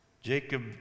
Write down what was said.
Jacob